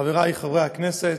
חברי חברי הכנסת,